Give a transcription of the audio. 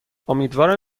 امیدوارم